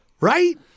Right